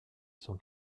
son